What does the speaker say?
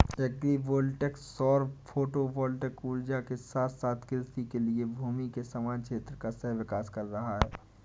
agri voltaic सौर photovoltaic ऊर्जा के साथ साथ कृषि के लिए भूमि के समान क्षेत्र का सह विकास कर रहा है